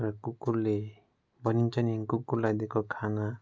र कुकुरले भनिन्छ नि कुकुरलाई दिएको खाना